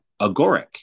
Agoric